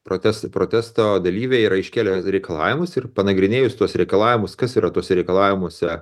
protestai protesto dalyviai yra iškėlę reikalavimus ir panagrinėjus tuos reikalavimus kas yra tuose reikalavimuose